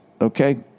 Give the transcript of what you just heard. okay